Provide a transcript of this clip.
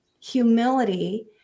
humility